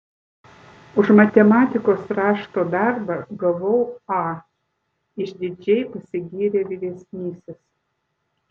už matematikos rašto darbą gavau a išdidžiai pasigyrė vyresnysis